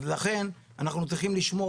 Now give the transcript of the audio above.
אז לכן אנחנו צריכים לשמור,